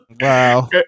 Wow